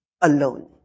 alone